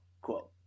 quote